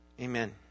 Amen